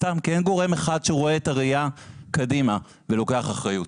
סתם כי אין גורם אחד שמסתכל על התמונה בראייה קדימה ולוקח אחריות.